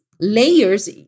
layers